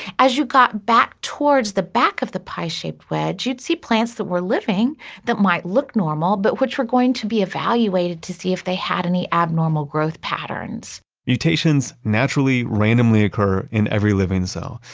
as you got back towards the back of the pie-shaped wedge, you'd see plants that were living that might look normal, but which were going to be evaluated to see if they had any abnormal growth patterns mutations naturally randomly occur in every living cell,